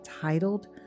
titled